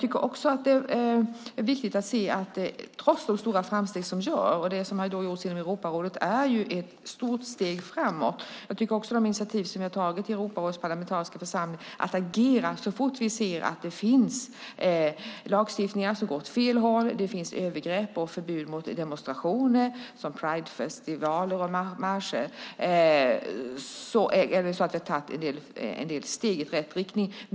Det är också viktigt att se de stora framsteg som görs, och det som har gjorts inom Europarådet är ett stort steg framåt. Vi har också tagit initiativ i Europarådets parlamentariska församling när det gäller att agera så fort vi ser att det finns lagstiftning som går åt fel håll och att det förekommer övergrepp och förbud mot demonstrationer som Pridefestival och marscher. Det har tagits en del steg i rätt riktning.